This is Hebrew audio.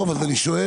לא, אז אני שואל.